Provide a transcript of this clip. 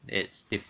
it's